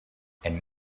and